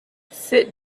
sit